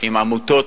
עם עמותות